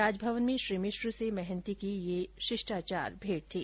राजभवन मेँ श्री मिश्र से महान्ती की यह शिष्टाचार भेंट थी